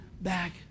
back